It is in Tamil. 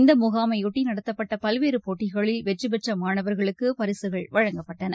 இந்த முனமைபொட்டி நடத்தப்பட்ட பல்வேறு போட்டிகளில் வெற்றிபெற்ற மாணவர்களுக்கு பரிசுகள் வழங்கப்பட்டன